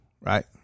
Right